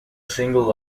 single